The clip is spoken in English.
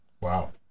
Wow